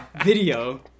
video